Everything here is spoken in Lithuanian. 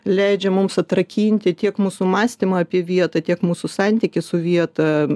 leidžia mums atrakinti tiek mūsų mąstymą apie vietą tiek mūsų santykį su vieta